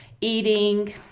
eating